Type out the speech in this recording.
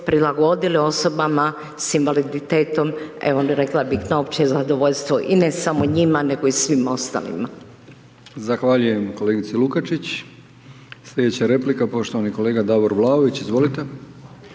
prilagodili osobama s invaliditetom evo rekla bih na opće zadovoljstvo i ne samo njima nego i svim ostalima.